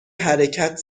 حرکت